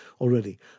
already